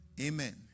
Amen